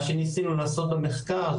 מה שניסינו לעשות במחקר,